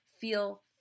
feel